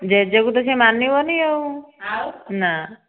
ଜେଜେକୁ ତ ସେ ମାନିବନି ଆଉ ନା